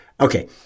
Okay